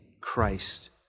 Christ